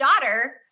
daughter